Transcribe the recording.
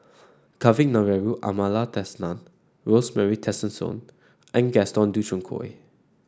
Kavignareru Amallathasan Rosemary Tessensohn and Gaston Dutronquoy